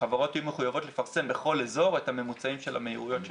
שחברות יהיו מחויבות לפרסם בכל אזור את הממוצעים של המהירויות שם.